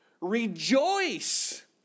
Rejoice